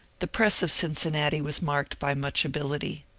the press of cincinnati was marked by much ability.